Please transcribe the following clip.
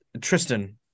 Tristan